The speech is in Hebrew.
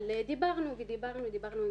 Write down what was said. דיברנו ודיברנו ודיברנו,